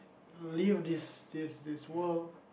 leave this this this world